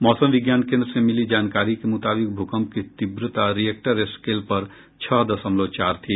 मौसम विज्ञान केंद्र से मिली जानकारी के मुताबिक भूकंप की तीव्रता रिक्टर स्केल पर छह दशमलव चार थी